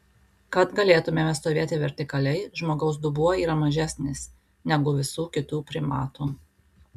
kad galėtumėme stovėti vertikaliai žmogaus dubuo yra mažesnis negu visų kitų primatų